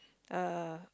a